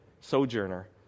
sojourner